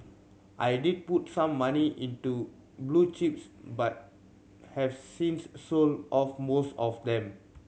I did put some money into blue chips but have since sold off most of them